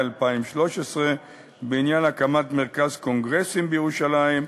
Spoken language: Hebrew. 2013 בעניין הקמת מרכז קונגרסים בירושלים,